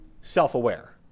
self-aware